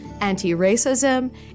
anti-racism